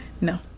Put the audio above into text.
no